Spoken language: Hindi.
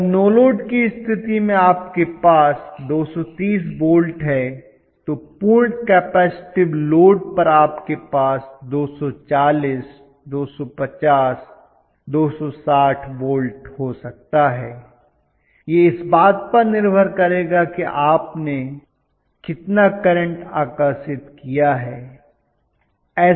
अगर नो लोड की स्थिति में आपके पास 230 वोल्ट है तो पूर्ण कपेसिटिव लोड पर आपके पास 240 250 260 वोल्ट हो सकता है यह इस बात पर निर्भर करेगा कि आपने कितना करंट आकर्षित किया है